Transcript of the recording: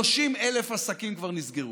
30,000 עסקים כבר נסגרו,